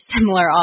similar